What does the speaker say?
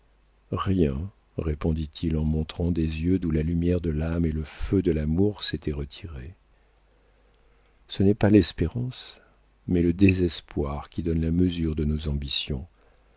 rien répondit-il en montrant des yeux d'où la lumière de l'âme et le feu de l'amour s'étaient retirés ce n'est pas l'espérance mais le désespoir qui donne la mesure de nos ambitions